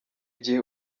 gihe